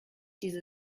diese